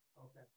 Okay